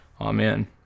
Amen